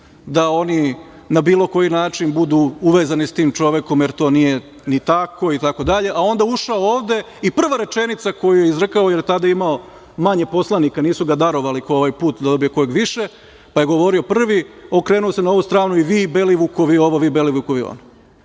da oni na bilo koji način budu uvezani s tim čovekom, jer to nije ni tako, itd, onda ušao ovde i prva rečenica koju je izrekao, jer je tada imao manje poslanika, nisu ga darovali kao ovaj put da dobije kojeg više, pa je govorio prvi, okrenuo se na ovu stranu i vi i Belivukovi ovo, vi Belivukovi ono.